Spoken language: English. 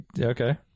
Okay